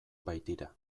baitira